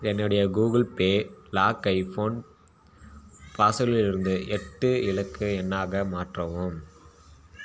என்னுடைய Google Pay லாக்கை phone பாஸ்வேடிலிருந்து எட்டு இலக்க எண்ணாக மாற்றவும்